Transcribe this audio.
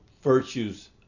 virtues